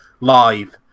live